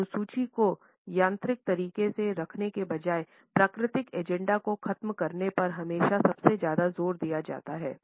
अनुसूची को यांत्रिक तरीके से रखना के बजाय प्राकृतिक एजेंडा को खत्म करने पर हमेशा सबसे ज्यादा जोर दिया जाता है